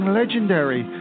legendary